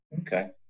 Okay